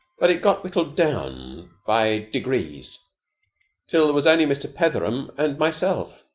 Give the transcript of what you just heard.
but it got whittled down by degrees till there was only mr. petheram and myself.